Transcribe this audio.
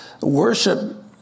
worship